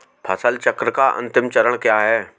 फसल चक्र का अंतिम चरण क्या है?